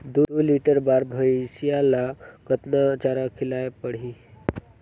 दुई लीटर बार भइंसिया ला कतना चारा खिलाय परही?